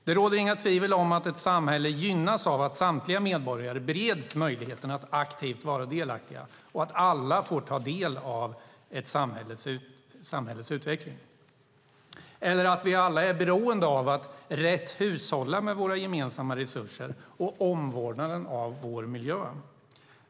Det råder inga tvivel om att ett samhälle gynnas av att samtliga medborgare bereds möjligheten att aktivt vara delaktiga och att alla får ta del av ett samhälles utveckling eller att vi alla är beroende av att rätt hushålla med våra gemensamma resurser och omvårdnaden om vår miljö.